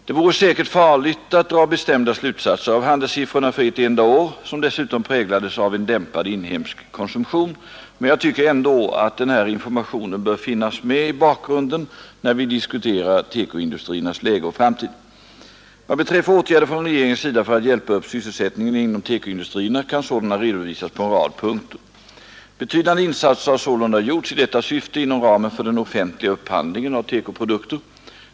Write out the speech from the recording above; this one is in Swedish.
Det vore säkert farligt att dra bestämda slutsatser av handelssiffrorna för ett enda år, som dessutom präglades av en dämpad inhemsk konsumtion, men jag tycker ändå att den här informationen bör finnas med i bakgrunden när vi diskuterar TEKO-industriernas läge och framtid. Vad beträffar åtgärder från regeringens sida för att hjälpa upp sysselsättningen inom TEKO-industrierna kan sådana redovisas på en rad punkter. Betydande insatser har sålunda gjorts i detta syfte inom ramen för den offentliga upphandlingen av TEKO-produkter.